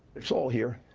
it's all here,